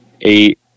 eight